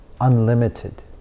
unlimited